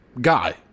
guy